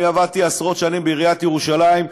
אני עבדתי עשרות שנים בעיריית ירושלים,